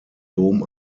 dom